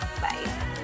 Bye